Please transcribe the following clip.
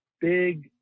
big